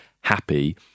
happy